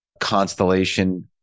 Constellation